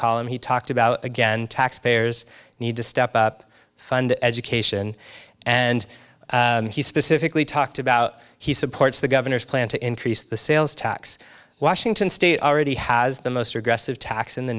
column he talked about again taxpayers need to step up fund education and he specifically talked about he supports the governor's plan to increase the sales tax washington state already has the most regressive tax in the